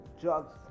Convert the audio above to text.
drugs